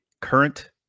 current